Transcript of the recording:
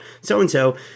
so-and-so